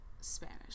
spanish